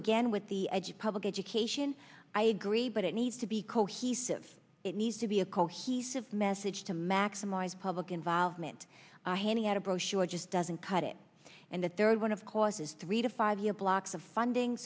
again with the edge of public education i agree but it needs to be cohesive it needs to be a cohesive message to maximise public involvement handing out a brochure just doesn't cut it and the third one of course is three to five year blocks of funding